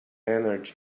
energy